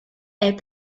est